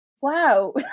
Wow